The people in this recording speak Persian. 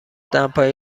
دمپایی